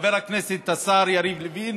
חבר הכנסת השר יריב לוין